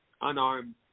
unarmed